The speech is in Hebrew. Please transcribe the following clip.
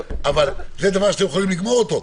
זה דבר שיכולים לגמור אותו.